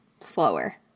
slower